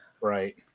right